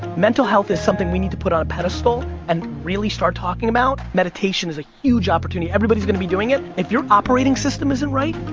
mental health is something we need to put on a pedestal, and really start talking about. meditation is a huge opportunity, everybody's gonna be doing it. if you're operating system isn't right,